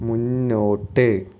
മുന്നോട്ട്